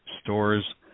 stores